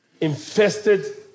infested